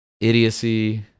idiocy